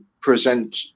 present